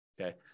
Okay